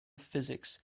physics